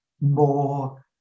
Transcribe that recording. more